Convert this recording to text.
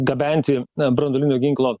gabenti branduolinio ginklo